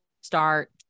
start